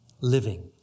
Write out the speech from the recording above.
living